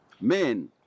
Men